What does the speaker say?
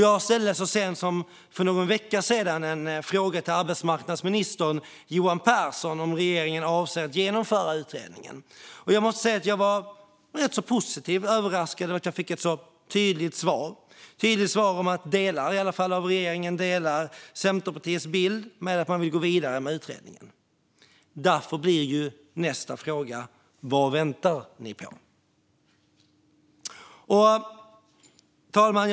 Jag ställde så sent som för någon vecka sedan en fråga till arbetsmarknadsminister Johan Pehrson om regeringen avser att genomföra utredningen. Jag måste säga att jag var rätt så positivt överraskad över att jag fick ett så tydligt svar om att i alla fall delar av regeringen delar Centerpartiets bild av att man behöver gå vidare med utredningen. Därför blir nästa fråga: Vad väntar ni på? Fru talman!